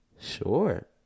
Sure